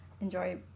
enjoy